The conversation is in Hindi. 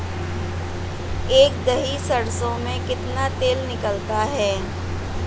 एक दही सरसों में कितना तेल निकलता है?